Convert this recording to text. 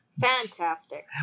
Fantastic